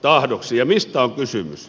ja mistä on kysymys